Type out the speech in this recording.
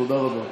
תודה רבה.